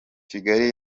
kigali